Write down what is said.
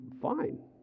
fine